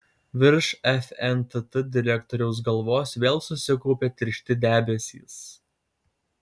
virš fntt direktoriaus galvos vėl susikaupė tiršti debesys